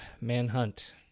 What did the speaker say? Manhunt